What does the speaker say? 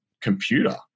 computer